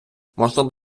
можна